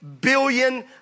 billion